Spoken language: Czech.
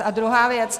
A druhá věc.